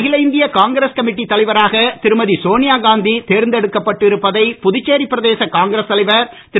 அகில இந்திய காங்கிரஸ் கமிட்டி தலைவராக திருமதி சோனியா காந்தி தேர்ந்தெடுக்கப்பட்டு இருப்பதை புதுச்சேரி பிரதேச காங்கிரஸ் தலைவர் திரு